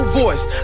voice